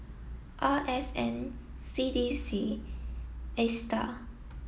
R S N C D C ASTAR